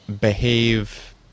behave